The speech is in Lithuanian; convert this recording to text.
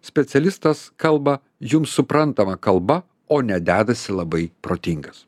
specialistas kalba jums suprantama kalba o ne dedasi labai protingas